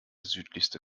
südlichste